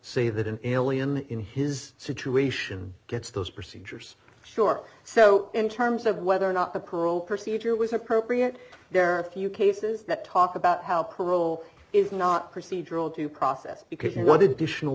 say that an alien in his situation gets those procedures short so in terms of whether or not a parole procedure was appropriate there are a few cases that talk about how parole is not procedural due process because what additional